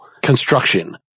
Construction